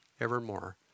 evermore